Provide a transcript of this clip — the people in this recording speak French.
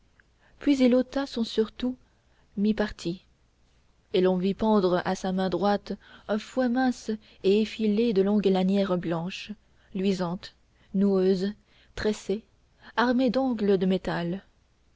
puisa il ôta son surtout mi-parti et l'on vit pendre à sa main droite un fouet mince et effilé de longues lanières blanches luisantes noueuses tressées armées d'ongles de métal